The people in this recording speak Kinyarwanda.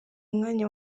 mwanya